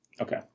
okay